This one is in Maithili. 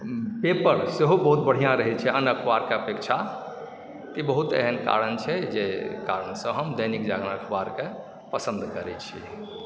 पेपर सेहो बहुत बढ़िआँ रहै छै आन अखबारके अपेक्षा ई बहुत एहन कारण छै जाहि कारणसँ हम दैनिक जागरण अखबारकेँ पसन्द करै छियैक